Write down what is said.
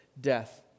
death